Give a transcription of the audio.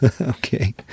Okay